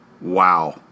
Wow